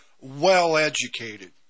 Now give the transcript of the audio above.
well-educated